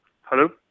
Hello